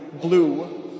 blue